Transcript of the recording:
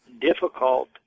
difficult